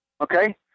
Okay